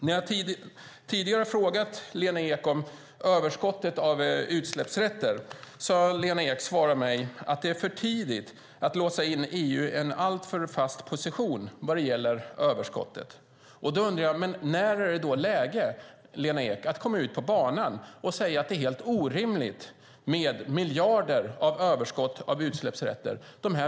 När jag tidigare har frågat Lena Ek om överskottet av utsläppsrätter har hon svarat mig att det är för tidigt att låsa EU i en alltför fast position vad gäller överskottet. När är det då läge att komma ut på banan och säga att det är helt orimligt med miljarder av utsläppsrätter i överskott?